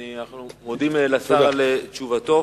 אנו מודים לשר על תשובתו.